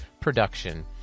production